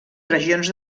regions